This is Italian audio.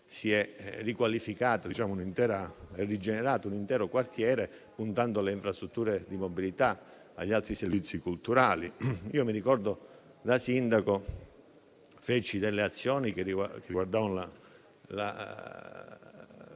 si è rigenerato un intero quartiere, puntando alle infrastrutture di mobilità e agli altri servizi culturali. Da sindaco, intrapresi azioni che riguardavano la